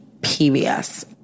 PBS